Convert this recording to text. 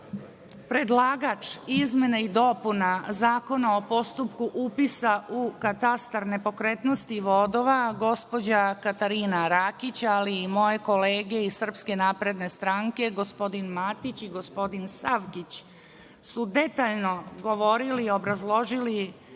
predlagač izmena i dopuna Zakona o postupku upisa u katastar nepokretnosti i vodova, gospođa Katarina Rakić, ali i moje kolege iz SNS, gospodin Matić i gospodin Savkić, su detaljno govorili, obrazložili